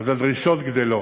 אז הדרישות גדלות.